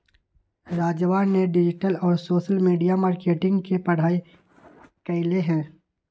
राजवा ने डिजिटल और सोशल मीडिया मार्केटिंग के पढ़ाई कईले है